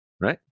Right